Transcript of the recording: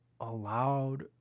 allowed